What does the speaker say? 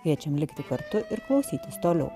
kviečiam likti kartu ir klausytis toliau